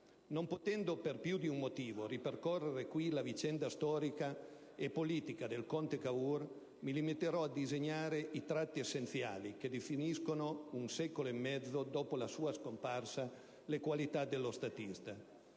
Non potendo, per più di un motivo, ripercorrere qui la vicenda storica e politica del conte Cavour, mi limiterò a disegnare i tratti essenziali che definiscono, un secolo e mezzo dopo la sua scomparsa, le qualità dello statista.